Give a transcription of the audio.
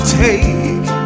take